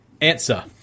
answer